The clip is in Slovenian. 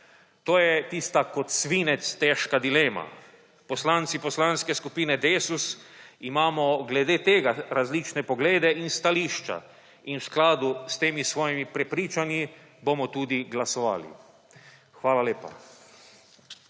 18.55 (nadaljevanje) težka dilema. Poslanci Poslanske skupine DESUS imamo glede tega različne poglede in stališča in v skladu s temi svojimi prepričanji bomo tudi glasovali. Hvala lepa.